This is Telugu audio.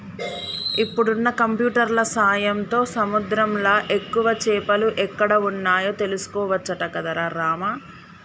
ఇప్పుడున్న కంప్యూటర్ల సాయంతో సముద్రంలా ఎక్కువ చేపలు ఎక్కడ వున్నాయో తెలుసుకోవచ్చట గదరా రామా